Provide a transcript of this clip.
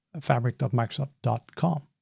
fabric.microsoft.com